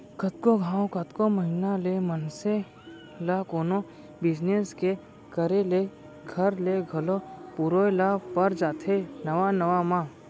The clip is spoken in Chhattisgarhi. कतको घांव, कतको महिना ले मनसे ल कोनो बिजनेस के करे ले घर ले घलौ पुरोय ल पर जाथे नवा नवा म